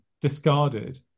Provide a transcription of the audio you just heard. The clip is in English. discarded